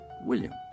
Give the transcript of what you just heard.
William